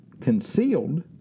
Concealed